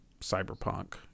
cyberpunk